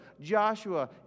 Joshua